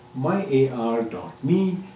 myar.me